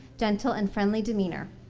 gentle and friendly demeanor.